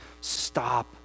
stop